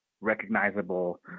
recognizable